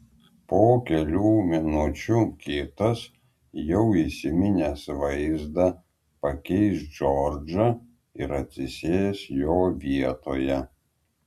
po kelių minučių kitas jau įsiminęs vaizdą pakeis džordžą ir atsisės jo vietoje